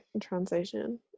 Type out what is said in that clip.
translation